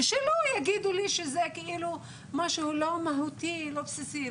שלא יגידו לי שזה כאילו משהו לא מהותי, לא בסיסי.